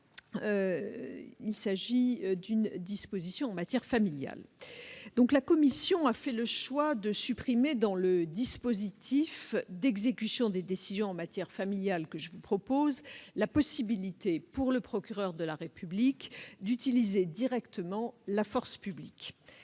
à la force publique en matière familiale. En effet, la commission a fait le choix de supprimer, dans le dispositif d'exécution des décisions en matière familiale que je vous propose, la possibilité pour le procureur de la République d'utiliser directement la force publique.